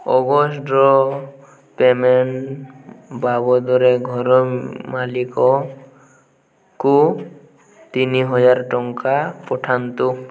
ଅଗଷ୍ଟର payment ବାବଦରେ ଘର ମାଲିକଙ୍କୁ ତିନିହଜାର ଟଙ୍କା ପଠାନ୍ତୁ